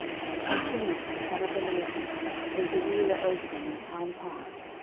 and phinehas the son of eleazar was the ruler over them in time past,